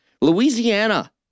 Louisiana